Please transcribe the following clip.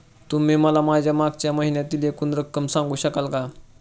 तुम्ही मला माझ्या मागच्या महिन्यातील एकूण रक्कम सांगू शकाल का?